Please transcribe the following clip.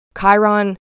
Chiron